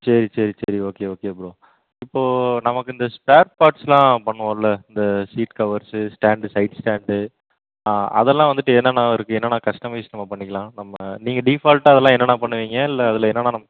சரி சரி சரி ஓகே ஓகே ப்ரோ இப்போது நமக்கு இந்த ஸ்பேர் பார்ட்ஸ்லாம் பண்ணுவோம்ல இந்த sheet covers stand side stand அ அதெல்லாம் வந்துட்டு என்னென்ன இருக்குது என்னென்ன கஸ்டமைஸ் நம்ம பண்ணிக்கலாம் நம்ம நீங்கள் டீஃபால்ட்டாக அதெல்லாம் என்னென்ன பண்ணுவீங்கள் இல்லை அதில் என்னென்ன நம்ம